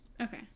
okay